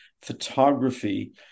photography